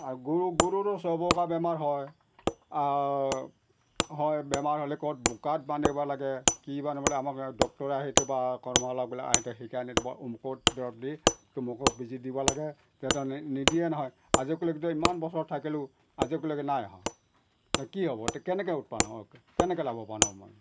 আৰু গৰু গৰুৰো চবকা বেমাৰ হয় হয় বেমাৰ হ'লে ক'ত বোকাত বান্ধিব লাগে কি বান্ধিব লাগে আমাক ডক্টৰে আহি বা কৰ্মশালাবিলাক আহোঁতে শিকাই নিদিব অমুকত দৰৱ দি অমুক বেজি দিব লাগে তেতিয়া নিদিয়ে নহয় আজিলৈকেতো ইমান বছৰ থাকিলোঁ আজিলৈকে নাই অহা কি হ'ব কেনেকৈ উৎপাদন হওঁ কেনেকৈ লাভৱান হওঁ মই